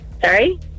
Sorry